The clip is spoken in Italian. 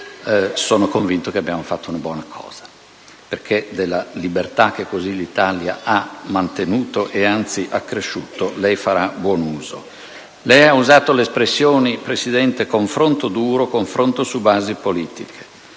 sono convinto che abbiamo fatto una buona cosa, perché della libertà che così l'Italia ha mantenuto, e anzi accresciuto, lei farà buon uso. Presidente, lei ha usato le espressioni «confronto duro», «confronto su basi politiche».